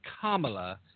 Kamala